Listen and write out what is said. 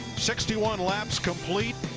sixty one laps complete,